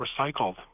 recycled